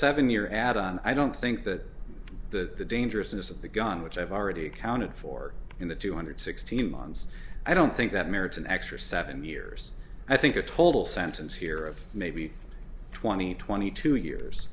seven year add on i don't think that the dangerousness of the gun which i've already accounted for in the two hundred sixteen months i don't think that merits an extra seven years i think a total sentence here of maybe twenty twenty two years